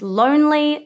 lonely